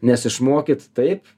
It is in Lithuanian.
nes išmokyt taip